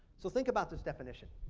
so think about this definition.